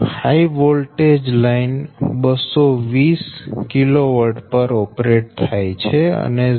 હાય voltage line 220 kV પર operate થાય છે અને 0